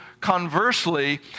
Conversely